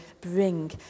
bring